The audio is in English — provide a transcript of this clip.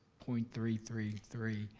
point three three three,